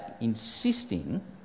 insisting